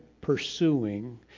pursuing